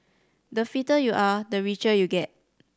the fitter you are the richer you get